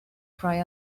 cry